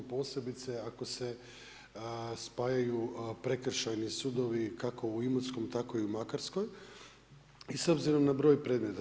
Posebice, ako se spajaju prekršajni sudovi kako u Imotskoj tako i u Makarskoj i s obzirom na broj predmeta.